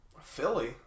Philly